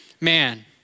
man